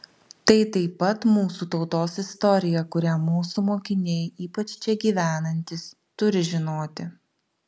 tai taip pat mūsų tautos istorija kurią mūsų mokiniai ypač čia gyvenantys turi žinoti